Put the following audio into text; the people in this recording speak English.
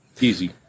easy